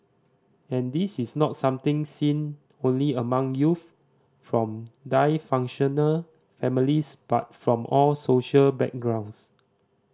and this is not something seen only among youth from dysfunctional families but from all social backgrounds